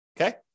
Okay